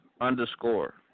underscore